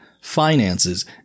finances